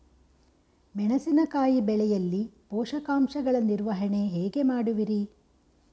ಮೆಣಸಿನಕಾಯಿ ಬೆಳೆಯಲ್ಲಿ ಪೋಷಕಾಂಶಗಳ ನಿರ್ವಹಣೆ ಹೇಗೆ ಮಾಡುವಿರಿ?